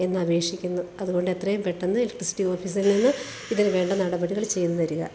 എന്ന് അപേക്ഷിക്കുന്നു അതുകൊണ്ട് എത്രയും പെട്ടന്ന് ഇലക്ട്രിസിറ്റി ഓഫീസിൽ നിന്ന് ഇതിനു വേണ്ട നടപടികൾ ചെയ്തു തരിക